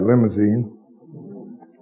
limousine